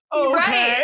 okay